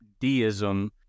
deism